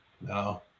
No